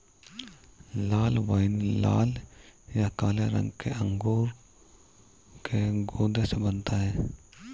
लाल wine लाल या काले रंग के अंगूर के गूदे से बनता है